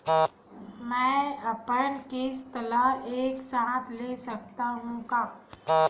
मै अपन किस्त ल एक साथ दे सकत हु का?